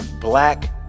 black